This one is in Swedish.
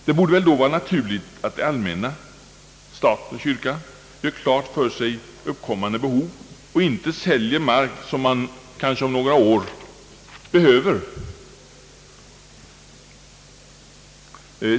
Det borde väl då vara naturligt att det allmänna — stat och kyrka — gör klart för sig uppkommande behov och inte säljer mark som man kanske om några år behöver.